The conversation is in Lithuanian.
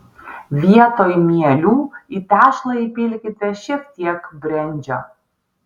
vietoj mielių į tešlą įpilkite šiek tiek brendžio